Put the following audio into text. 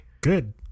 Good